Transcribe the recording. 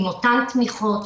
עם אותן תמיכות,